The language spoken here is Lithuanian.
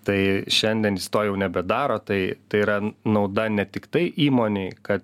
tai šiandien jis to jau nebedaro tai tai yra nauda ne tiktai įmonei kad